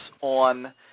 on